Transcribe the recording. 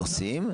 שעושים.